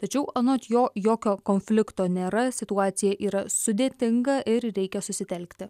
tačiau anot jo jokio konflikto nėra situacija yra sudėtinga ir reikia susitelkti